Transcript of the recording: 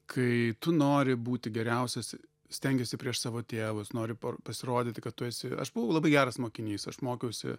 kai tu nori būti geriausias stengiesi prieš savo tėvus nori pasirodyti kad tu esi aš buvau labai geras mokinys aš mokiausi